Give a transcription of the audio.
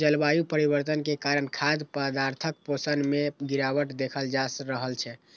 जलवायु परिवर्तन के कारण खाद्य पदार्थक पोषण मे गिरावट देखल जा रहल छै